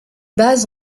bases